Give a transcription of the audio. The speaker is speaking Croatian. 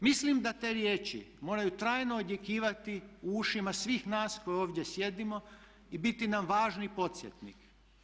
Mislim da te riječi moraju trajno odjekivati u ušima svih nas koji ovdje sjedimo i biti nam važni podsjetnik.